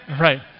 Right